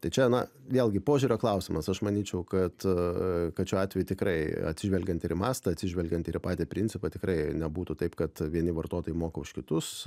tai čia na vėlgi požiūrio klausimas aš manyčiau kad kad šiuo atveju tikrai atsižvelgiant ir į mastą atsižvelgiant ir į patį principą tikrai nebūtų taip kad vieni vartotojai moka už kitus